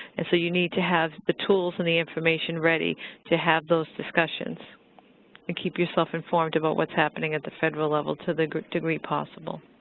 and so you need to have the tools and the information ready to have those discussions and keep yourself informed about what's happening at the federal level to the degree possible.